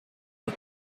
los